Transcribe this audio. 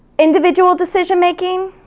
individual decision-making,